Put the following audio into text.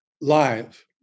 live